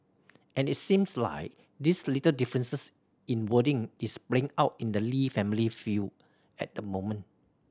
and it seems like these little differences in wording is playing out in the Lee family feud at the moment